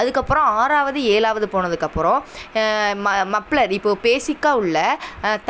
அதுக்கப்புறம் ஆறாவது ஏழாவது போனதுக்கப்புறம் ம மப்ளர் இப்போது பேஸிக்காக உள்ள